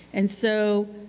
and so